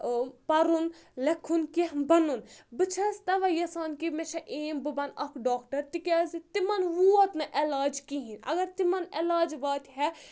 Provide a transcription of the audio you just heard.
پَرُن لیکھُن کینٛہہ بَنُن بہٕ چھَس تَوَے یَژھان کہِ مےٚ چھےٚ ایم بہٕ بَنہٕ اَکھ ڈاکٹر تِکیازِ تِمَن ووٚت نہٕ علاج کِہیٖنۍ اگر تِمَن علاج واتہِ ہا